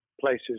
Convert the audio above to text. places